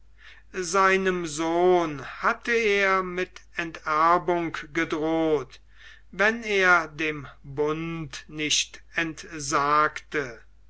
seinem sohn hatte er mit enterbung gedroht wenn er dem bund nicht entsagte